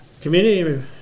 Community